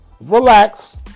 relax